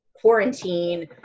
quarantine